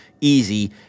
easy